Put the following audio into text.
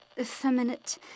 effeminate